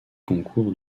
concours